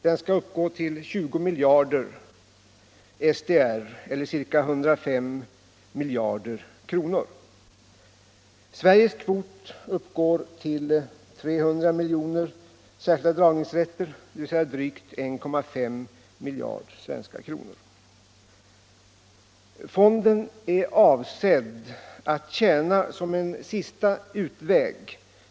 Den skall uppgå till 20 miljarder SDR, särskilda dragningsrätter, eller ca 105 miljarder kronor. Sveriges kvot uppgår till 300 miljoner särskilda dragningsrätter, dvs. drygt 1,5 miljarder svenska kronor. Fonden är avsedd att tjäna som en sista utväg.